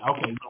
Okay